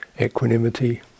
equanimity